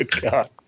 God